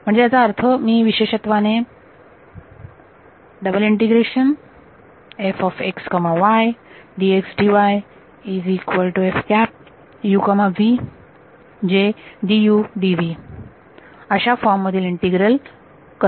म्हणजे याचा अर्थ मी विशेषत्वाने अशा फॉर्म मधील इंटीग्रल कन्व्हर्ट करू शकते